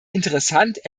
interessant